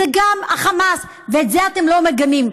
זה גם החמאס, ואת זה אתם לא מגנים.